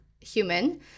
human